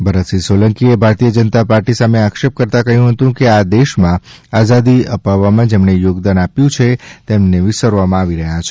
ભરતસિંહ સોલંકીએ ભારતીય જનતા પાર્ટી સામે આક્ષેપ કરતાં કહ્યું હતું કે આ દેશમાં આઝાદી અપાવવામાં જેમણે યોગદાન આપ્યું છે તેને વિસરવામાં આવી રહ્યા છે